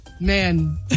man